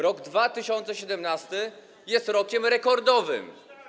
Rok 2017 jest rokiem rekordowym.